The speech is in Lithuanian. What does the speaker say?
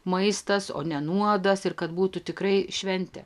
maistas o ne nuodas ir kad būtų tikrai šventė